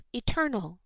eternal